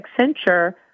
Accenture